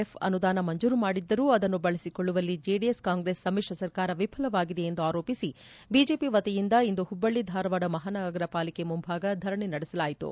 F ಅನುದಾನ ಮಂಜೂರು ಮಾಡಿದ್ದರೂ ಅದನ್ನು ಬಳಸಿಕೊಳ್ಳುವಲ್ಲಿ ಜೆಡಿಎಸ್ ಕಾಂಗ್ರೆಸ್ ಸಂಮ್ಮಿಶ್ರ ಸರ್ಕಾರ ವಿಫಲವಾಗಿದೆ ಎಂದು ಆರೋಪಿಸಿ ಬಿಜೆಪಿ ವತಿಯಿಂದ ಇಂದು ಹುಬ್ಬಳ್ಳಿ ಧಾರವಾಡ ಮಹಾನಗರ ಪಾಲಿಕೆ ಮುಂಭಾಗ ಧರಣಿ ನಡೆಸಲಾಯಿತು